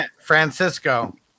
Francisco